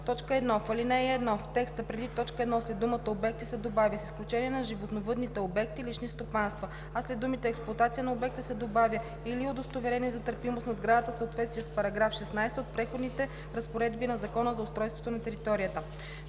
В ал. 1 в текста преди т. 1 след думата „обекти“ се добавя „с изключение на животновъдните обекти – лични стопанства“, а след думите „експлоатация на обекта“ се добавя „или удостоверение за търпимост на сградата в съответствие с § 16 от Преходните разпоредби на Закона за устройство на територията“.